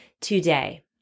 today